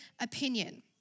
opinion